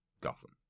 Gotham